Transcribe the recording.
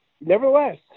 nevertheless